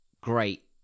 great